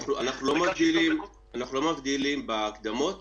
אנחנו נמצאים עם ערבויות